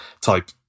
type